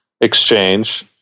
exchange